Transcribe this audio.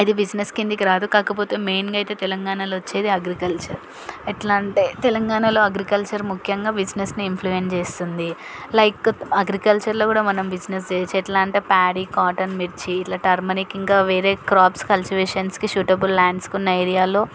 అది బిజినెస్ కిందికి రాదు కాకపోతే మెయిన్గా అయితే తెలంగాణలో వచ్చేది అగ్రికల్చర్ ఎట్లా అంటే తెలంగాణలో అగ్రికల్చర్ ముఖ్యంగా బిజినెస్ని ఇంఫ్లుయెన్స్ చేస్తుంది లైక్ అగ్రికల్చర్లో కూడా మనం బిజినెస్ చేయొచ్చు ఎట్లా అంటే ప్యాడీ కాటన్ మిర్చి ఇట్ల టర్మరిక్ ఇంకా వేరే క్రాప్స్ కల్చివేషన్స్కి సూటబుల్ ల్యాండ్స్కున్న ఏరియాలో